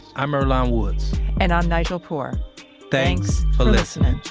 i'm earlonne woods and i'm nigel poor thanks for listening.